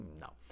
no